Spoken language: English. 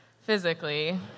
physically